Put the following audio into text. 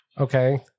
Okay